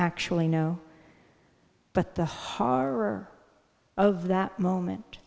actually know but the harbor of that moment